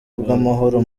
bw’amahoro